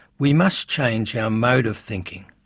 we must change our mode of thinking.